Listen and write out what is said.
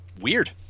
weird